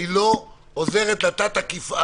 לא עוזרת בעניין תת האכיפה.